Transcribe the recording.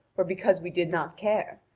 or because we did not care!